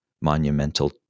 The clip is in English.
monumental